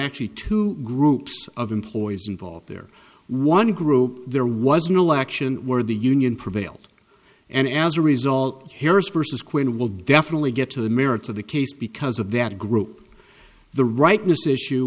actually two groups of employees involved there one group there was an election where the union prevailed and as a result harris versus quinn will definitely get to the merits of the case because of that group the rightness issue